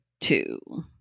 two